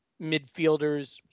midfielders